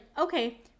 okay